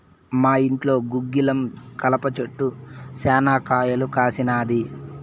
మా ఇంట్లో గుగ్గిలం కలప చెట్టు శనా కాయలు కాసినాది